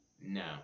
No